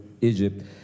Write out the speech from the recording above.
Egypt